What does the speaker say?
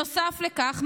נוסף לכך,